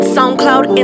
SoundCloud